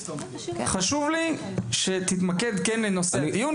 חשוב לי שתתמקד כן לנושא הדיון,